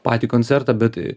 patį koncertą bet